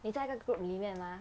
你在那个 group 里面 mah